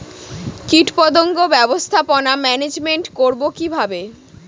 কীটপতঙ্গ ব্যবস্থাপনা ম্যানেজমেন্ট করব কিভাবে?